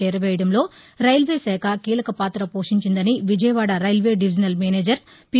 చేరవేయదంలో railway శాఖ కీలక పాత పోషించిందని Vijayawada railway divisional manager P